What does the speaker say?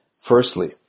Firstly